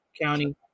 County